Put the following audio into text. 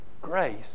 Grace